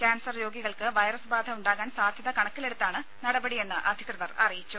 cancer രോഗികൾക്ക് virus ബാധ ഉണ്ടാകാൻ സാധ്യത കണക്കിലെടുത്താണ് നടപടിയെന്ന് അധികൃതർ അറിയിച്ചു